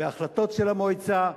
וההחלטות של המועצה,